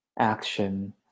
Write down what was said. action